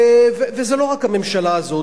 וזה לא רק הממשלה הזאת,